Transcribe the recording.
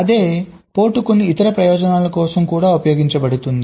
అదే పోర్ట్ కొన్ని ఇతర ప్రయోజనాల కోసం కూడా ఉపయోగించబడుతుంది